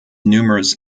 numerous